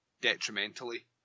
detrimentally